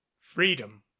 freedom